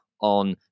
on